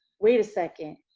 wait a second.